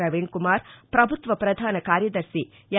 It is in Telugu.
ప్రవీణ్ కుమార్ ప్రభుత్వ ప్రధాన కార్యదర్భి ఎల్